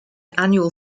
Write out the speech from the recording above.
annual